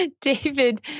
David